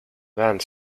band